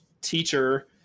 teacher